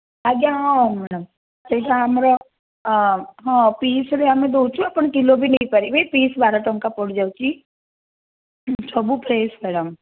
ଆଜ୍ଞା ହଁ ମ୍ୟାଡ଼ାମ ସେଇଟା ଆମର ହଁ ପିସ୍ରେ ଆମେ ଦେଉଛୁ ଆପଣ କିଲୋରେ ନେଇପାରିବେ ପିସ୍ ବାର ଟଙ୍କା ପଡ଼ିଯାଉଛି ସବୁ ଫ୍ରେଶ୍ ମ୍ୟାଡ଼ାମ